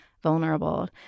vulnerable